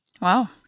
Wow